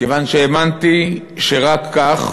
כיוון שהאמנתי שרק כך